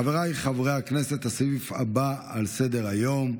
חבריי חברי הכנסת, הסעיף הבא על סדר-היום: